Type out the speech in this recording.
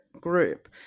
group